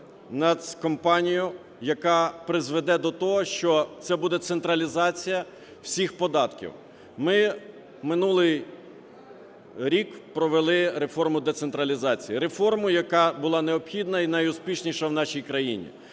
нацкомпанію, яка призведе до того, що це буде централізація всіх податків. Ми минулий рік провели реформу децентралізації, реформу, яка була необхідна і найуспішніша в нашій країні.